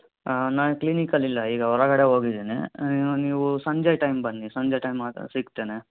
ಹಾಂ ನಾನು ಕ್ಲಿನಿಕ್ಕಲ್ಲಿ ಇಲ್ಲ ಈಗ ಹೊರಗಡೆ ಹೋಗಿದ್ದೀನಿ ನೀವು ಸಂಜೆ ಟೈಮ್ ಬನ್ನಿ ಸಂಜೆ ಟೈಮ್ ಮಾತ್ರ ಸಿಗ್ತೇನೆ